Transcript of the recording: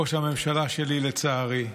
ראש הממשלה שלי, לצערי,